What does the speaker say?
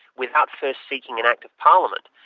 without first seeking an act of parliament.